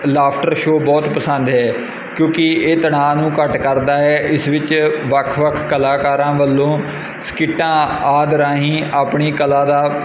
laughter show ਬਹੁਤ ਪਸੰਦ ਹੈ ਕਿਉਂਕਿ ਇਹ ਤਨਾਅ ਨੂੰ ਘੱਟ ਕਰਦਾ ਹੈ ਇਸ ਵਿੱਚ ਵੱਖ ਵੱਖ ਕਲਾਕਾਰਾਂ ਵੱਲੋਂ ਸਕਿੱਟਾਂ ਆਦਿ ਰਾਹੀਂ ਆਪਣੀ ਕਲਾ ਦਾ